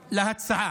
להצעה.